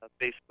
Facebook